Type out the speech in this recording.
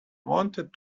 wanted